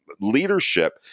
leadership